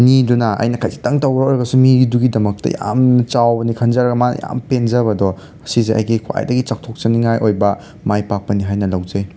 ꯃꯤꯗꯨꯅ ꯑꯩꯅ ꯈꯖꯤꯛꯇꯪ ꯇꯧꯕ ꯑꯣꯏꯔꯒꯁꯨ ꯃꯤꯗꯨꯨꯒꯤꯗꯃꯛꯇ ꯌꯥꯝ ꯆꯥꯎꯕꯅꯤ ꯈꯟꯖꯔꯒ ꯃꯅꯥ ꯌꯥꯝ ꯄꯦꯟꯖꯕꯗꯣ ꯁꯤꯁꯦ ꯑꯩꯒꯤ ꯈ꯭ꯋꯥꯏꯗꯒꯤ ꯆꯥꯎꯊꯣꯛꯆꯅꯤꯡꯉꯥꯏ ꯑꯣꯏꯕ ꯃꯥꯏ ꯄꯥꯛꯄꯅꯤ ꯍꯥꯏꯅ ꯂꯧꯖꯩ